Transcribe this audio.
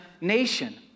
nation